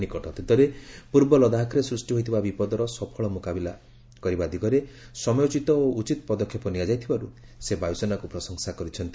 ନିକଟ ଅତୀତରେ ପୂର୍ବ ଲଦାଖରେ ସୃଷ୍ଟି ହୋଇଥିବା ବିପଦର ସଫଳ ମୁକାବିଲା ଦିଗରେ ସମୟୋଚିତ ଓ ଉଚିତ୍ ପଦକ୍ଷେପ ନିଆଯାଇଥିବାରୁ ସେ ବାୟୁସେନାକୁ ପ୍ରଶଂସା କରିଛନ୍ତି